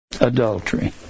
Adultery